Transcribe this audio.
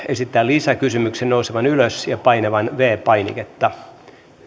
esittää lisäkysymyksen nousemaan ylös ja painamaan viides painiketta